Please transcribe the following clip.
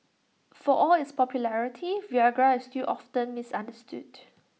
for all its popularity Viagra is still often misunderstood